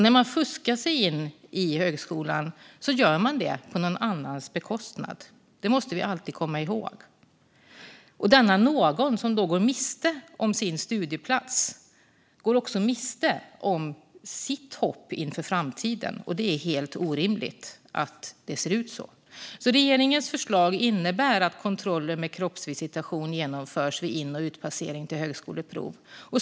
När man fuskar sig in i högskolan gör man det på någon annans bekostnad. Det måste vi alltid komma ihåg. Denna någon som då går miste om sin studieplats går också om miste om sitt hopp inför framtiden. Det är helt orimligt att det ser ut så. Regeringens förslag innebär att kontroller med kroppsvisitation genomförs vid in och utpassering till högskoleprov.